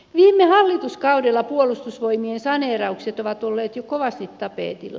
viime hallituskaudella puolustusvoimien saneeraukset ovat olleet jo kovasti tapetilla